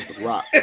Rock